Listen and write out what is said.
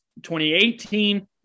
2018